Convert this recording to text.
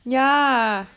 ya